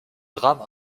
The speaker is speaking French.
drame